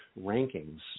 rankings